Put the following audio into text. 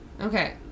Okay